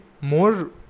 more